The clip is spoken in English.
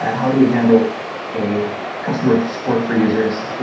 how do we handle a customer to support for users?